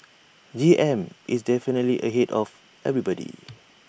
G M is definitely ahead of everybody